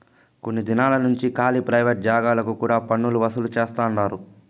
కొన్ని దినాలు నుంచి కాలీ ప్రైవేట్ జాగాలకు కూడా పన్నులు వసూలు చేస్తండారు